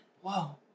Whoa